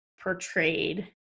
portrayed